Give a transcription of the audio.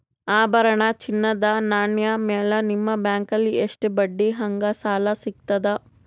ಆಭರಣ, ಚಿನ್ನದ ನಾಣ್ಯ ಮೇಲ್ ನಿಮ್ಮ ಬ್ಯಾಂಕಲ್ಲಿ ಎಷ್ಟ ಬಡ್ಡಿ ಹಂಗ ಸಾಲ ಸಿಗತದ?